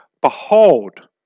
Behold